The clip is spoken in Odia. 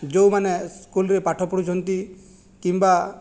ଯେଉଁମାନେ ସ୍କୁଲରେ ପାଠ ପଢ଼ୁଛନ୍ତି କିମ୍ବା